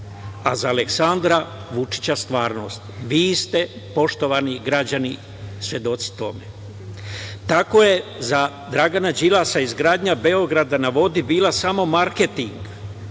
a za Aleksandra Vučića stvarnost. Vi ste, poštovani građani, svedoci tome. Tako je za Dragana Đilasa izgradnja „Beograda na vodi“ bila samo marketing,